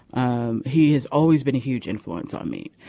um he has always been a huge influence on me.